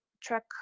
track